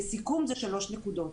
לסיכום, אלה שלוש נקודות.